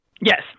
Yes